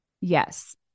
Yes